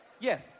Yes